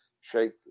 shake